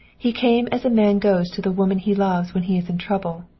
he came as a man goes to the woman he loves when he is in trouble,